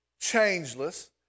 changeless